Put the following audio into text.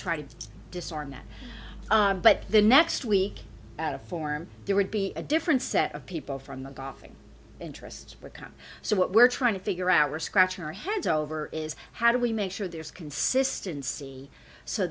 try to disarm that but the next week out of form there would be a different set of people from the golfing interests become so what we're trying to figure out were scratching our heads over is how do we make sure there is consistency so